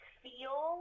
feel